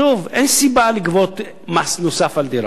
שוב, אין סיבה לגבות מס נוסף על דירה.